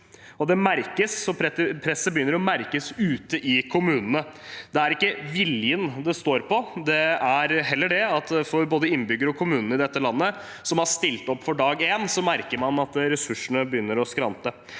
presset begynner å merkes ute i kommunene. Det er ikke viljen det står på, det er heller det at både innbyggerne og kommunene i dette landet som har stilt opp fra dag én, merker at ressursene begynner å skrante.